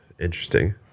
Interesting